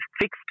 fixed